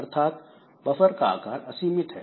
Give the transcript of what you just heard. अर्थात बफर का आकार असीमित है